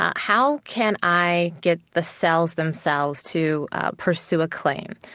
ah how can i get the cells themselves to pursue a claim?